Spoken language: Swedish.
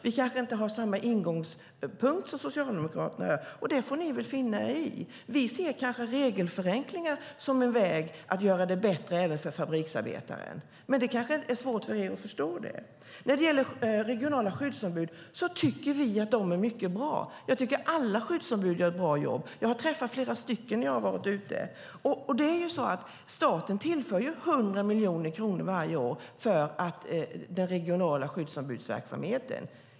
Vi har inte samma ingång som Socialdemokraterna har, och det får ni finna er i. Vi ser regelförenklingar som en väg att göra det bättre även för fabriksarbetaren. Men det kanske är svårt för er att förstå. Regionala skyddsombud tycker vi är mycket bra. Jag tycker att alla skyddsombud gör ett bra jobb. Jag har träffat flera stycken när jag har varit ute på arbetsplatser. Staten tillför 100 miljoner kronor varje år för den regionala skyddsombudsverksamheten.